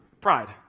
Pride